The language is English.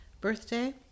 birthday